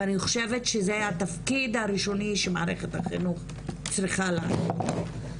ואני חושבת שזה התפקיד הראשוני שמערכת החינוך צריכה לעשות.